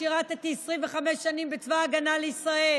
ששירתי 25 שנים בצבא ההגנה לישראל